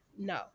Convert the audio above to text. No